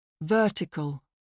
Vertical